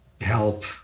help